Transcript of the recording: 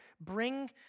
bring